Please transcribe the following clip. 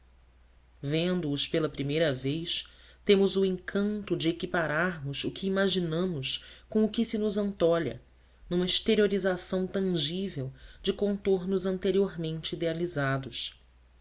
atávica vendo-os pela primeira vez temos o encanto de equipararmos o que imaginamos com o que se nos antolha numa exteriorização tangível de contornos anteriormente idealizados